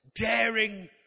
daring